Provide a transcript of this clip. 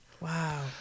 Wow